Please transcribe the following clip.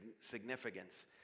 significance